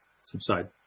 subside